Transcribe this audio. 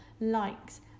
likes